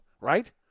right